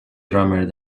drummer